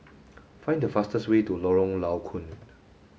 find the fastest way to Lorong Low Koon